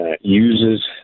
uses